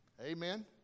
Amen